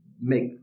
make